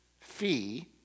fee